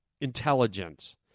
intelligence